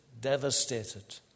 devastated